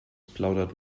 plaudert